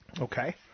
Okay